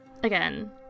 Again